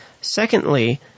Secondly